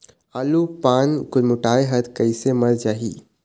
आलू पान गुरमुटाए हर कइसे मर जाही?